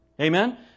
Amen